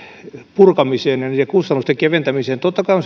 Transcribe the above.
purkamiseen ja niiden kustannusten keventämiseen totta kai on